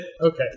Okay